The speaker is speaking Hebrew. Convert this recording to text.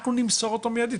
אנחנו נמסור אותה מידית.